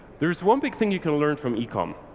there's one big thing you can learn from ecom.